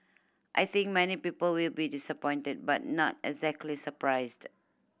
I think many people will be disappointed but not exactly surprised